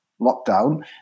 lockdown